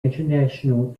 international